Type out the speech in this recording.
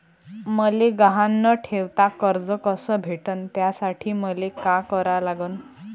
मले गहान न ठेवता कर्ज कस भेटन त्यासाठी मले का करा लागन?